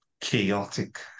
chaotic